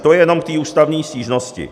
To jenom k té ústavní stížnosti.